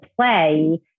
play